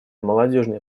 молодежной